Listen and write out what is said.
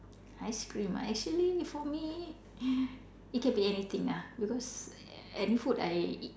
ice cream ah actually for me it can be anything ah because any food I eat